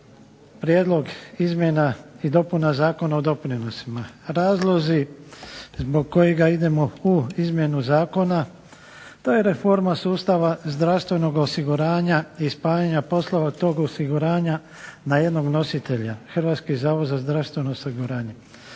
prijedlog izmjena i dopuna Zakona o doprinosima. Razlozi zbog kojega idemo u izmjenu zakona, to je reforma sustava zdravstvenog osiguranja i spajanja poslova tog osiguranja na jednog nositelja, Hrvatski zavod za zdravstveno osiguranje.